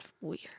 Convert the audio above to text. weird